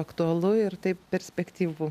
aktualu ir taip perspektyvu